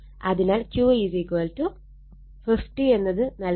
അതിനാൽ Q50 എന്നത് നൽകിയിട്ടുണ്ട്